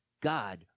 God